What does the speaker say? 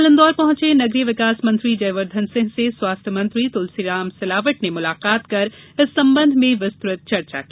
कल इंदौर पहँचे नगरीय विकास मंत्री जयवर्धन सिंह से स्वास्थ्य मंत्री तुलसी सिलावट ने मुलाकात कर इस संबंध में विस्तृत चर्चा की